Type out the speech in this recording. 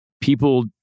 people